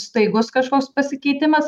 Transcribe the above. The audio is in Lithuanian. staigus kažkoks pasikeitimas